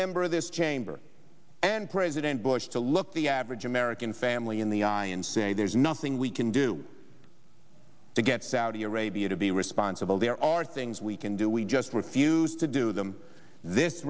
member of this chamber and president bush to look the average american family in the eye and say there's nothing we can do to get saudi arabia to be responsible there are things we can do we just refuse to do them this